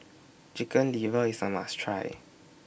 Chicken Liver IS A must Try